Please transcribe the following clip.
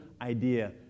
idea